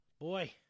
boy